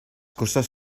cosas